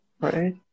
Right